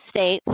states